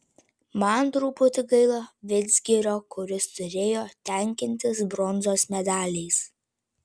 man truputį gaila vidzgirio kuris turėjo tenkintis bronzos medaliais